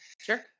Sure